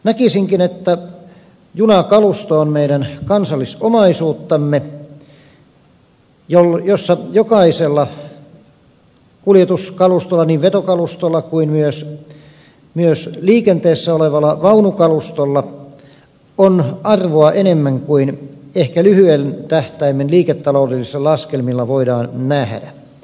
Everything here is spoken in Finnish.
näkisinkin että junakalusto on meidän kansallisomaisuuttamme jossa jokaisella kuljetuskalustolla niin vetokalustolla kuin myös liikenteessä olevalla vaunukalustolla on arvoa ehkä enemmän kuin lyhyen tähtäimen liiketaloudellisten laskelmien perusteella voidaan nähdä